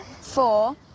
Four